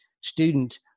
student